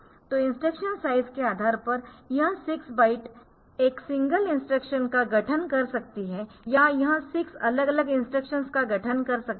तो instruction size instruction size के आधार पर यह 6 बाइट एक सिंगल इंस्ट्रक्शन का गठन कर सकती है या यह 6 अलग अलग इंस्ट्रक्शंस का गठन कर सकती है